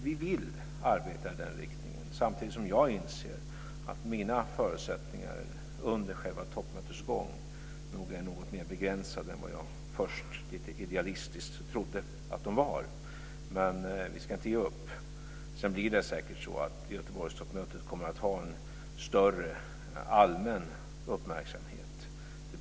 Vi vill arbeta i den riktningen, samtidigt som jag inser att mina förutsättningar under själva toppmötets gång nog är något mer begränsade än vad jag först lite idealistiskt trodde att de var. Vi ska inte ge upp. Sedan kommer Göteborgstoppmötet att ha en större allmän uppmärksamhet.